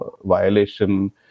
violation